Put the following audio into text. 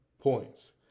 points